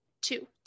two